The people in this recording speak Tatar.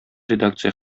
редакция